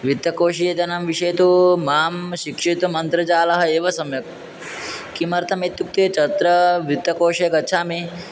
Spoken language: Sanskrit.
वित्तकोषीयजनानां विषये तु मां शिक्षितुम् अन्त्रजालम् एव सम्यक् किमर्थम् इत्युक्ते तत्र वित्तकोषे गच्छामि